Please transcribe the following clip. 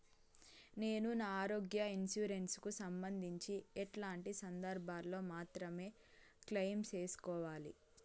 నేను నా ఆరోగ్య ఇన్సూరెన్సు కు సంబంధించి ఎట్లాంటి సందర్భాల్లో మాత్రమే క్లెయిమ్ సేసుకోవాలి?